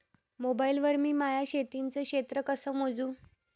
Mobile वर मी माया शेतीचं क्षेत्र कस मोजू?